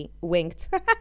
winked